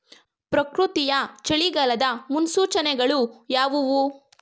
ಪ್ರಕೃತಿಯ ಚಳಿಗಾಲದ ಮುನ್ಸೂಚನೆಗಳು ಯಾವುವು?